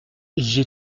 j’ai